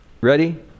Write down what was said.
Ready